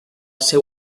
seu